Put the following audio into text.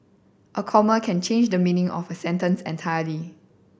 a comma can change the meaning of a sentence entirely